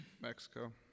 Mexico